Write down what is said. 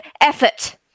effort